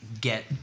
get